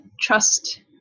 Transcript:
trust